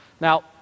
Now